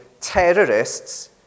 terrorists